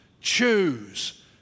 choose